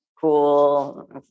cool